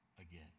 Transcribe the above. again